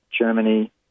Germany